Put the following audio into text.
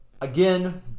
Again